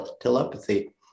telepathy